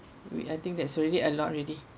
we I think there's already a lot already